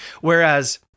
whereas